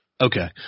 Okay